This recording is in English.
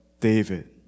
David